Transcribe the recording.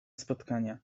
spotkania